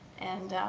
and,